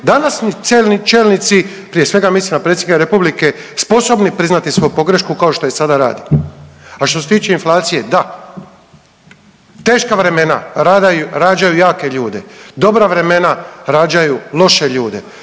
današnji čelnici prije svega mislim na Predsjednika Republike sposobni priznati svoju pogrešku kao što je sada rade? A što se tiče inflacije, da teška vremena rađaju jake ljude. Dobra vremena rađaju loše ljude.